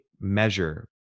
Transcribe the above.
measure